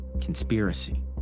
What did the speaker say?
conspiracy